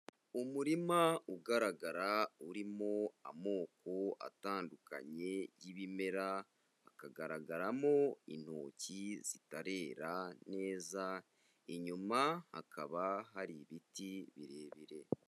Umurima ugaragara urimo amoko atandukanye y'ibimera, hakagaragaramo intoki zitarera neza, inyuma hakaba hari ibiti birebire.